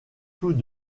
tous